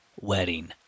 wedding